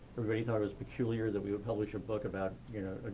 everybody thought it was peculiar that we would publish a book about, you know,